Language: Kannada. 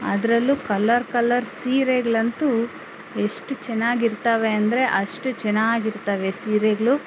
ಅದ್ರಲ್ಲು ಕಲ್ಲರ್ ಕಲ್ಲರ್ ಸೀರೆಗಳಂತೂ ಎಷ್ಟು ಚೆನ್ನಾಗಿರುತ್ವೆ ಅಂದ್ರೆ ಅಷ್ಟು ಚೆನ್ನಾಗಿರುತ್ವೆ ಸೀರೆಗಳು